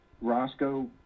roscoe